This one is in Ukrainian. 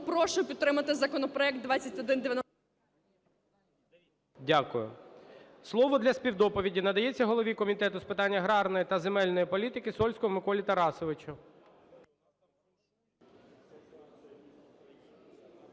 прошу підтримати законопроект 2195. ГОЛОВУЮЧИЙ. Дякую. Слово для співдоповіді надається голові Комітету з питань аграрної та земельної політики Сольському Миколі Тарасовичу.